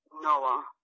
Noah